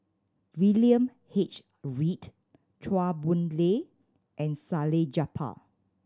William H Read Chua Boon Lay and Salleh Japar